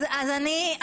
יש את זה בנהל.